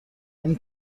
این